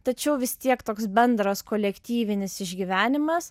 tačiau vis tiek toks bendras kolektyvinis išgyvenimas